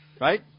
Right